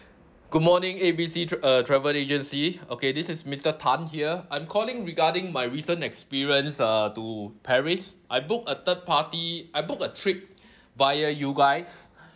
good morning A B C tr~ uh travel agency okay this is mister tan here I'm calling regarding my recent experience uh to paris I booked a third party I booked a trip via you guys